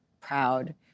proud